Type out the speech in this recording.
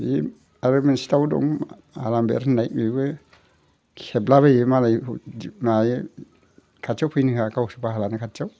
बे आरो मोनसे दाउ दं आरलामबेर होननाय बेबो खेबला बायो गावनि खाथियाव फैनो होआ गाव बाहा लानाय खाथियाव